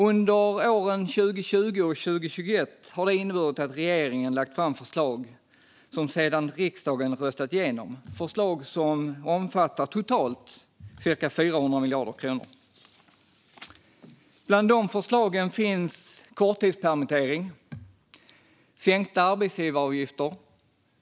Under åren 2020 och 2021 har detta inneburit att regeringen har lagt fram förslag som riksdagen sedan röstat igenom - förslag som omfattar totalt cirka 400 miljarder kronor. Bland dessa förslag finns bland annat korttidspermittering och sänkta arbetsgivaravgifter.